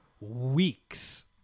weeks